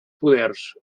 poders